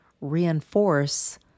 reinforce